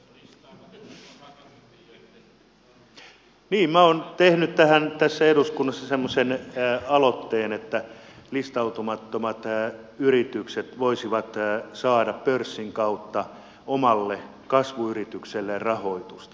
niin minä olen tehnyt eduskunnassa semmoisen aloitteen että listautumattomat yritykset voisivat saada pörssin kautta omalle kasvuyritykselleen rahoitusta